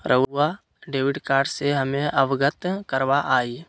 रहुआ debit card से हमें अवगत करवाआई?